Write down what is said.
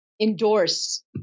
endorse